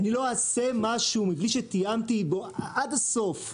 אני לא אעשה משהו מבלי שתיאמתי עד הסוף.